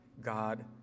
God